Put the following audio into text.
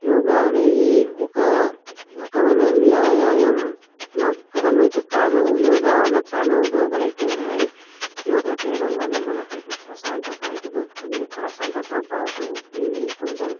యోగా అనేది ఒక రకమైన వ్యాయాయం మాత్రమైతే కాదు యోగా వల్ల చాలా ఉపయోగాలు అయితే ఉన్నాయి యోగా చెయ్యడంవల్ల మనకైతే ప్రశాంతత అయితే దొరుకుతుంది ప్రశాంతతో పాటు ఎనీ కొంచెం